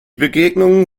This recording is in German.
begegnungen